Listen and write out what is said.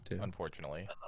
unfortunately